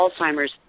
Alzheimer's